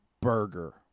burger